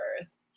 earth